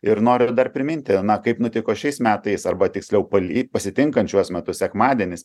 ir noriu ir dar priminti na kaip nutiko šiais metais arba tiksliau pali pasitinkant šiuos metus sekmadienis